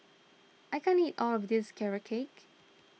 I can't eat all of this Carrot Cake